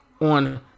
on